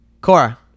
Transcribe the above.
Cora